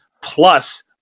plus